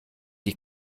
die